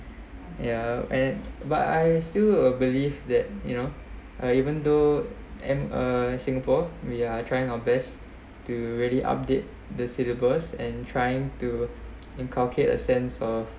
ya and but I still uh believe that you know uh even though um uh singapore we are trying our best to really update the syllabus and trying to inculcate a sense of